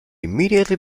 immediately